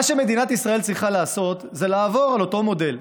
מה שמדינת ישראל צריכה לעשות זה לעבור לאותו מודל.